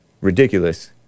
Ridiculous